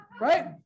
right